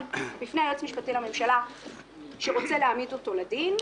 בפני היועץ המשפטי לממשלה שרוצה להעמיד אותו לדין: